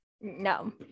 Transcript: No